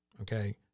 Okay